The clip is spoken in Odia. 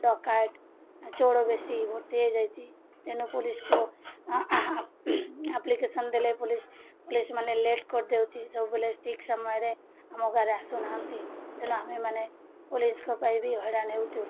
ଡକାୟତ ଚୋର ବେଶୀ ଭର୍ତ୍ତି ହେଇଯାଇଛି ତେଣୁ ପୋଲିସକୁ ଆପ୍ଲିକେସନ୍ ଦେଲେ ପୋଲିସ ପୋଲିସ ମାନେ ଲେଟ୍ କରିଦେଉଛି ସବୁବେଳେ ଠିକ୍ ସମୟରେ ଆମ ଗାଁରେ ଆସୁନାହାନ୍ତି ତେଣୁ ଆମେ ମାନେ ପୋଲିସଙ୍କ ପାଇଁ ବି ହଇରାଣ ହେଉଛୁ